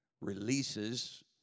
releases